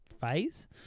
phase